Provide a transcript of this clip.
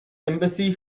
embassy